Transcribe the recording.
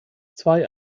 zwei